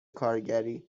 کارگری